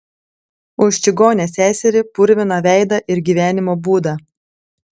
už čigonę seserį purviną veidą ir gyvenimo būdą